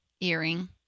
Earring